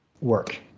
work